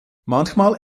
manchmal